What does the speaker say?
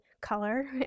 color